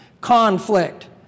conflict